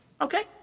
okay